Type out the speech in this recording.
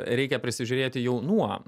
reikia prisižiūrėti jau nuo